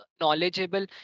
knowledgeable